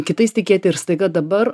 kitais tikėti ir staiga dabar